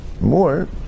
more